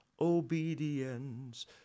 obedience